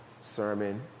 sermon